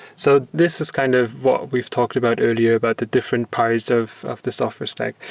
so this is kind of what we've talked about earlier about the different parts of of the software stack.